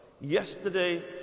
yesterday